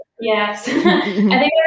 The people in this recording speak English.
Yes